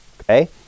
Okay